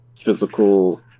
physical